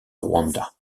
rwanda